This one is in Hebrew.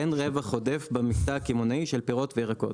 אין רווח עודף במקטע הקמעונאי של פירות וירקות.